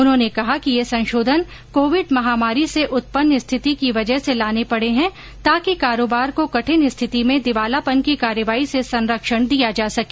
उन्होंने कहा कि ये संशोधन कोविंड महामारी से उत्पन्न स्थिति की वजह से लाने पड़े हैं ताकि कारोबार को कठिन स्थिति में दिवालापन की कार्रवाई से संरक्षण दिया जा सके